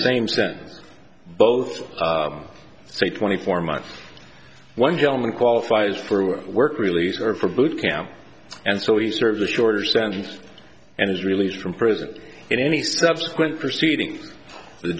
same sentence both say twenty four months one gillman qualifies for work release or for boot camp and so he serves a shorter sentence and is released from prison in any subsequent proceeding the